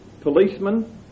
policemen